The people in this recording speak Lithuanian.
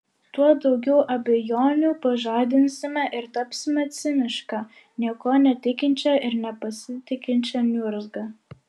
tuo daugiau abejonių pažadinsime ir tapsime ciniška niekuo netikinčia ir nepasitikinčia niurzga